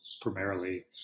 primarily